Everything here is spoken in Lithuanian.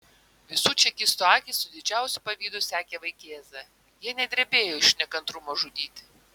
visų čekistų akys su didžiausiu pavydu sekė vaikėzą jie net drebėjo iš nekantrumo žudyti